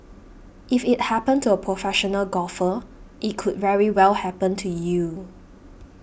if it happened to a professional golfer it could very well happen to you